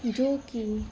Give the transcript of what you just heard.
ਜੋ ਕਿ